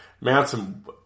Manson